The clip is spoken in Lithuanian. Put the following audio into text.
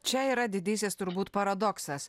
čia yra didysis turbūt paradoksas